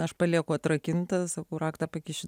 aš palieku atrakintas o raktą pakišiu